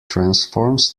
transforms